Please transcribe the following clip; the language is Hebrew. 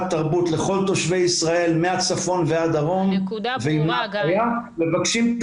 תרבות לכל תושבי ישראל מהצפון ועד הדרום וגם מבקשים את